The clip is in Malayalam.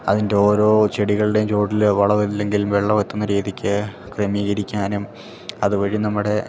അതിന്റെ ഓരോ ചെടികൾടേം ചുവട്ടിൽ വളം ഇല്ലെങ്കിൽ വെള്ളം എത്തുന്ന രീതിക്ക് ക്രമീകരിക്കാനും അത് വഴി നമ്മുടെ